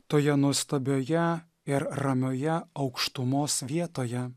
toje nuostabioje ir ramioje aukštumos vietoje